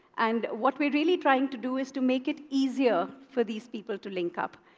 and what we're really trying to do is to make it easier for these people to link up.